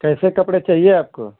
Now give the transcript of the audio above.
कैसे कपड़े चाहिए आपको